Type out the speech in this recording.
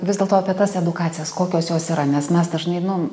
vis dėlto apie tas edukacijas kokios jos yra nes mes dažnai nu